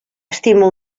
estima